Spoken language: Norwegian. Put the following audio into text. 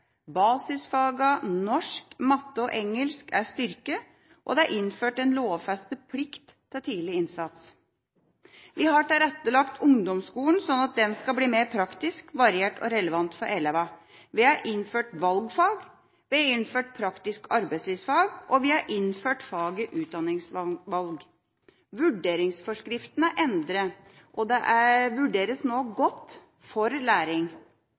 Basisfagene norsk, matte og engelsk er styrket, og det er innført en lovfestet plikt til tidlig innsats. Vi har tilrettelagt ungdomsskolen slik at den skal bli mer praktisk, variert og relevant for elevene. Vi har innført valgfag, vi har innført praktisk arbeidslivsfag, og vi har innført faget utdanningsvalg. Vurderingsforskriftene er endret, og det vurderes nå godt for læring.